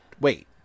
wait